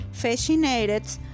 fascinated